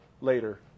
later